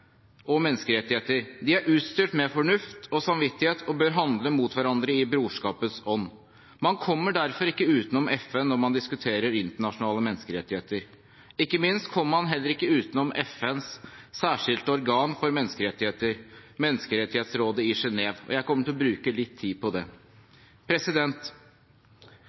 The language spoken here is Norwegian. og menneskerettigheter. De er utstyrt med fornuft og samvittighet og bør handle mot hverandre i brorskapets ånd.» Man kommer derfor ikke utenom FN når man diskuterer internasjonale menneskerettigheter. Ikke minst: Man kommer heller ikke utenom FNs særskilte organ for menneskerettigheter, Menneskerettighetsrådet i Genève, og jeg kommer til å bruke litt tid på det.